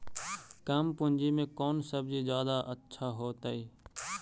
कम पूंजी में कौन सब्ज़ी जादा अच्छा होतई?